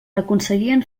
aconseguien